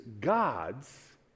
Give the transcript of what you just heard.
God's